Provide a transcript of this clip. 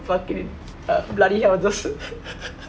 fucki~ uh bloody hell just